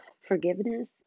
Forgiveness